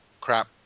crap